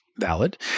valid